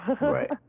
Right